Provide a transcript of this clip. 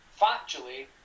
Factually